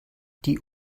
die